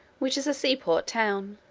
which is a seaport town,